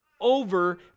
over